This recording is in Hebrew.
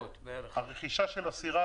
הרכישה של הסירה?